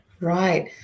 right